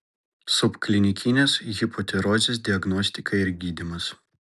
subklinikinės hipotirozės diagnostika ir gydymas